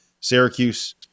Syracuse